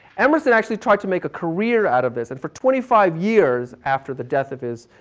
emerson actually tried to make a career out of this. and for twenty five years, after the death of his